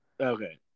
Okay